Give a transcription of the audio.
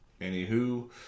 anywho